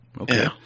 okay